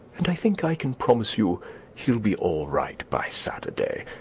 and i think i can promise you he'll be all right by saturday.